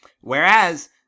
Whereas